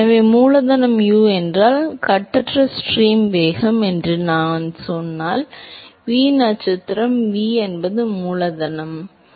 எனவே மூலதனம் U என்றால் கட்டற்ற ஸ்ட்ரீம் வேகம் மற்றும் நான் சொன்னால் v நட்சத்திரம் v என்பது மூலதனம் V மூலதன U